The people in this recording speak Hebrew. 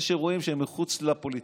יש אירועים שהם מחוץ לפוליטיקה,